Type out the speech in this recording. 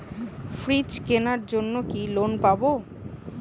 Fridge কেনার জন্য কি লোন পাব?